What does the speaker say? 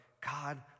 God